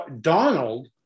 donald